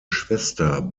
schwester